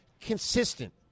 consistent